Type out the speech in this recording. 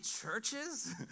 churches